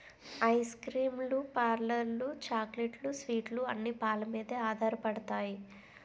ice cream లు పార్లర్లు చాక్లెట్లు స్వీట్లు అన్ని పాలమీదే ఆధారపడతాయి